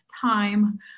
time